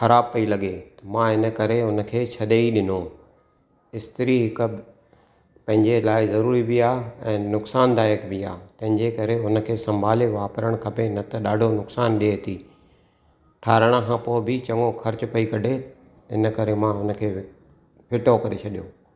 ख़राबु पई लगे मां हिन करे हुनखे छॾे ई ॾिनो इस्तरी हिकु पंहिंजे लाइ ज़रूरी बि आहे ऐं नुक़सानदाइकु बि आहे तंहिंजे करे हुनखे संभाले वापरणु खपे न त ॾाढो नुक़सानु ॾिए थी ठाराहिण खां पोइ बि चंगो ख़र्चु पई कढे हिन करे मां हुनखे फिटो करे छॾियो